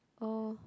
oh